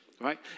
right